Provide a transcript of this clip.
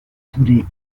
poulet